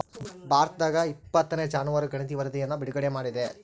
ಭಾರತದಾಗಇಪ್ಪತ್ತನೇ ಜಾನುವಾರು ಗಣತಿ ವರಧಿಯನ್ನು ಬಿಡುಗಡೆ ಮಾಡಿದೆ